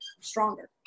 stronger